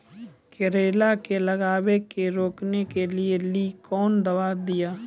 करेला के गलवा के रोकने के लिए ली कौन दवा दिया?